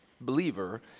believer